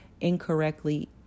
incorrectly